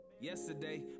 Yesterday